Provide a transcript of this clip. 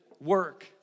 work